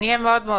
תודה רבה.